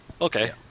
Okay